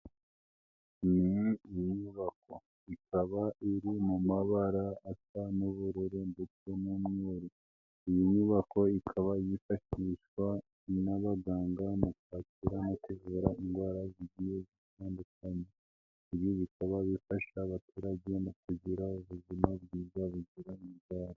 Ni inyubako, ikaba iri mu mabara asa n'ubururu ndetse n'umweru, iyi nyubako ikaba yifashishwa n'abaganga mu kwakira no kuvura indwara zigiye zitandukanye, ibi bikaba bifasha abaturage mu kugira ubuzima bwiza buzira indwara.